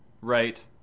Right